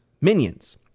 Minions